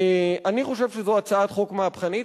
אני חושב שזאת הצעת חוק מהפכנית.